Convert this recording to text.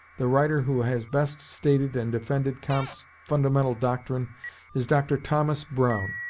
the writer who has best stated and defended comte's fundamental doctrine is dr thomas brown.